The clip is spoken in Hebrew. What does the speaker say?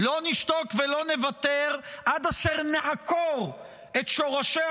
לא נשתוק ולא נוותר עד אשר נעקור את שורשיה